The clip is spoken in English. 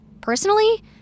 personally